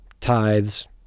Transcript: tithes